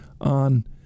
on